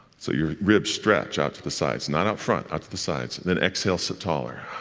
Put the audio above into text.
so your ribs stretch out to the sides, not out front, out to the sides. and then exhale, sit taller.